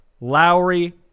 Lowry